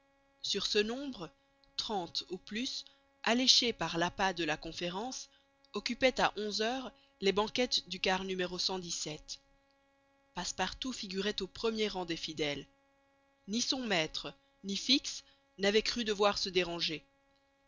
sur ce nombre trente au plus alléchés par l'appât de la conférence occupaient à onze heures les banquettes du car n passepartout figurait au premier rang des fidèles ni son maître ni fix n'avaient cru devoir se déranger